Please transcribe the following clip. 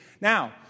Now